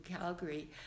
Calgary